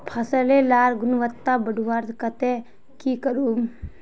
फसल लार गुणवत्ता बढ़वार केते की करूम?